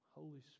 Holy